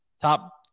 top